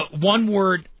one-word